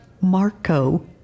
Marco